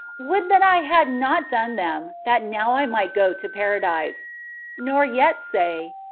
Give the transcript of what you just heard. would that i had not done them, that now i might go to para dise nor yet say,